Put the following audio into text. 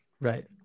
Right